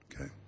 Okay